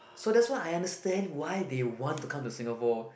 so that's what I understand why they want to come to Singapore